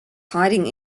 hiding